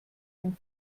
dem